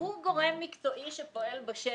הוא גורם מקצועי שפועל בשטח.